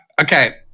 Okay